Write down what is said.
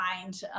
find